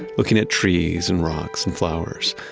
looking at trees and rocks and flowers,